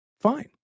fine